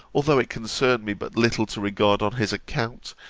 although it concerned me but little to regard on his account,